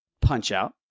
Punch-Out